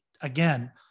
again